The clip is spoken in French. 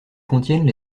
contiennent